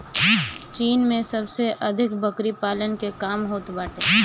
चीन में सबसे अधिक बकरी पालन के काम होत बाटे